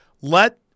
Let